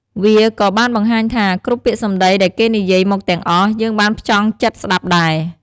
វាក៏បានបង្ហាញថាគ្រប់ពាក្យសម្ដីដែលគេនិយាយមកទាំងអស់ យើងបានផ្ចង់ចិត្តស្ដាប់ដែរ។